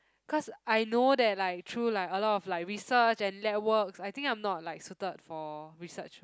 cause I know that like through like a lot of like research and lab works I think I'm not like suited for research